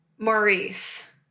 Maurice